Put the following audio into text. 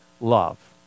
love